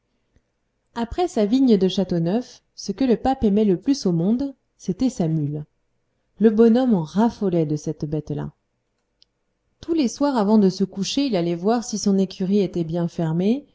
après sa vigne de château neuf ce que le pape aimait le plus au monde c'était sa mule le bonhomme en raffolait de cette bête-là tous les soirs avant de se coucher il allait voir si son écurie était bien fermée